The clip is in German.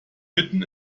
mitten